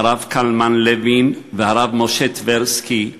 הרב קלמן לוין והרב משה טברסקי,